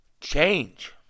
change